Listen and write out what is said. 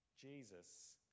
Jesus